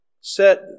set